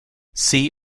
see